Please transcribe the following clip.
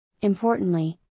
Importantly